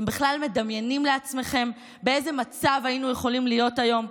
אתם בכלל מדמיינים לעצמכם באיזה מצב היינו יכולים להיות היום?